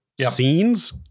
scenes